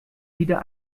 wieder